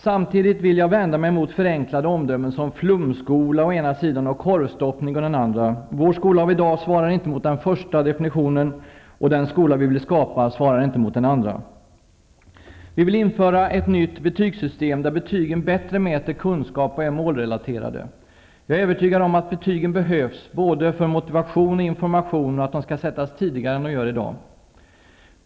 Samtidigt vill jag vända mig emot förenklade omdömen som ''flumskola'' å ena sidan och ''korvstoppning'' å den andra. Vår skola av i dag svarar inte mot den första beteckningen, och den skola vi vill skapa svarar inte mot den andra. Vi vill införa ett nytt betygssystem där betygen bättre mäter kunskap och är målrelaterade. Jag är övertygad om att betygen behövs -- både för motivation och information -- och att de skall sättas tidigare än som görs i dag.